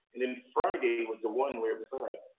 and then friday was the one where it was, like,